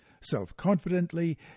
Self-confidently